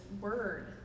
word